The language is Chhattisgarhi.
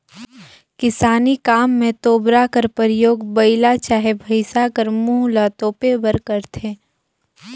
किसानी काम मे तोबरा कर परियोग बइला चहे भइसा कर मुंह ल तोपे बर करथे